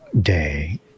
day